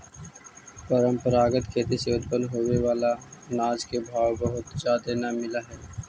परंपरागत खेती से उत्पन्न होबे बला अनाज के भाव बहुत जादे न मिल हई